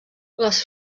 les